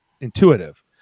intuitive